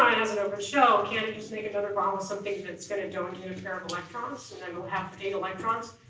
has an open shell, can't you just make another bond with something that's gonna donate a pair of electrons, and then we'll have eight electrons.